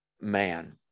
Man